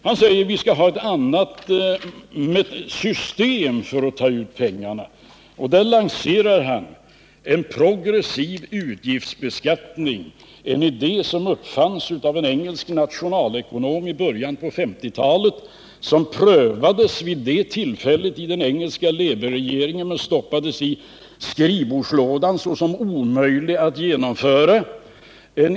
Men han vill alltså ha ett annat system för att ta ut pengarna. Där lanserar han en progressiv utgiftsbeskattning. Det är en idé som uppfanns av en engelsk nationalekonom i början på 1950-talet. Den prövades då av den engelska labourregeringen men stoppades i skrivbordslådan såsom omöjlig att genomföra.